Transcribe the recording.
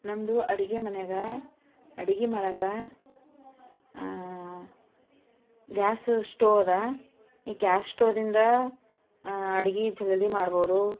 ನಮ್ಮದು ಅಡುಗೆ ಮನ್ಯಾಗ ಅಡುಗೆ ಮಾಡೋಕೆ ಗ್ಯಾಸ್ ಸ್ಟೋವ್ ಅದ ಈ ಗ್ಯಾಸ್ ಸ್ಟೋವ್ದಿಂದ ಅಡುಗೆ ಜಲ್ದಿ ಮಾಡ್ಬೋದು